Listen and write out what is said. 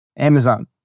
Amazon